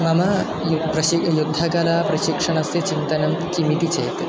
मम यु प्रति युद्धकला प्रशिक्षणस्य चिन्तनं किमिति चेत्